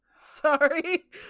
Sorry